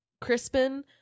crispin